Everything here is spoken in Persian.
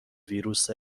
ویروس